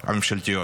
הממשלתיות.